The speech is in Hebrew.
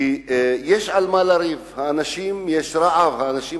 כי יש על מה לריב, יש רעב, אנשים